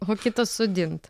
o kitas sodint